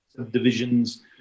Divisions